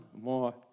more